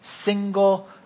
single